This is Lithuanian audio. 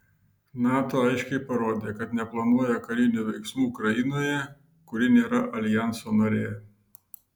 nato aiškiai parodė kad neplanuoja karinių veiksmų ukrainoje kuri nėra aljanso narė